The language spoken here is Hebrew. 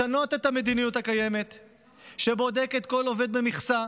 לשנות את המדיניות הקיימת שבודקת כל עובד במכסה.